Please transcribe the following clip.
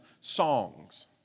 songs